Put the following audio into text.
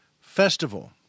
Festival